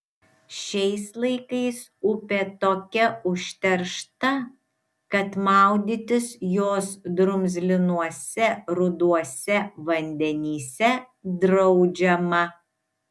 šiais laikais upė tokia užteršta kad maudytis jos drumzlinuose ruduose vandenyse draudžiama